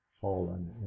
fallen